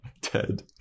Ted